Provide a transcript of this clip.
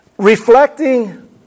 reflecting